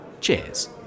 Cheers